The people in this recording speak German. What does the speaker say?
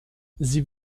sie